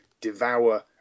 devour